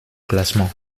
classement